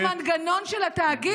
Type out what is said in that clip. המנגנון של התאגיד?